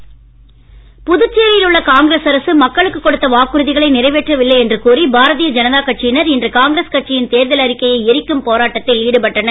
Puducherry BJP புதுச்சேரியில்உள்ள காங்கிரஸ் அரசு மக்களுக்கு கொடுத்த வாக்குறுதிகளை நிறைவேற்றவில்லை என்று கூறி பாரதீய ஜனதா கட்சியினர் இன்று காங்கிரஸ் கட்சியின் தேர்தல் அறிக்கையை எரிக்கும் போராட்டத்தில் ஈடுபட்டனர்